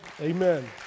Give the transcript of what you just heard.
amen